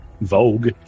Vogue